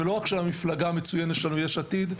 ולא רק של המפלגה המצויינת שלנו יש עתיד,